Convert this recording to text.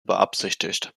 beabsichtigt